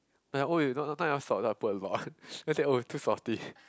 oh not not enough salt then I put a lot then oh it's too salty